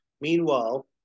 Meanwhile